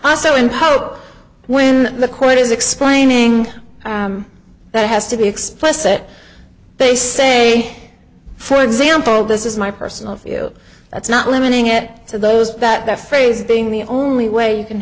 also in polk when the quote is explaining that has to be explicit they say for example this is my personal view that's not limiting it to those that phrase being the only way you can